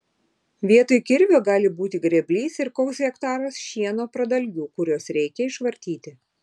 vietoj kirvio gali būti grėblys ir koks hektaras šieno pradalgių kuriuos reikia išvartyti